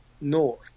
north